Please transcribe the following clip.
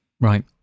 Right